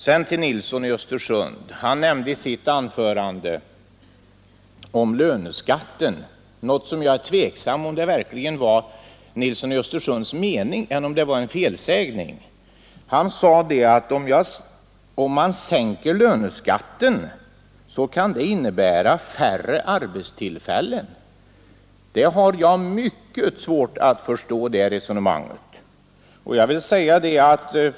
Herr Nilsson i Östersund nämnde i sitt anförande om löneskatten något som jag är tveksam om huruvida det verkligen var herr Nilssons i Östersund mening eller om det var en felsägning. Han sade att om man sänker löneskatten så kan det innebära färre arbetstillfällen. Det resonemanget har jag mycket svårt att förstå.